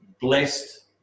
blessed